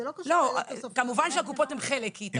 זה לא קשור לתוספות --- כמובן שהקופות הן חלק כי